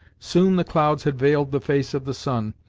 soon the clouds had veiled the face of the sun,